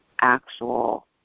actual